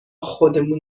خودمون